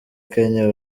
kenya